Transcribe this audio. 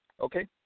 Okay